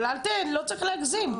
אבל לא צריך להגזים.